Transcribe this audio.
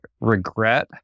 regret